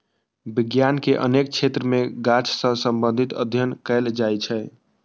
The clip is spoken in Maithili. विज्ञान के अनेक क्षेत्र मे गाछ सं संबंधित अध्ययन कैल जाइ छै